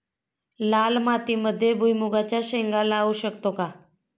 लाल मातीमध्ये भुईमुगाच्या शेंगा लावू शकतो का?